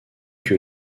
que